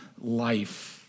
life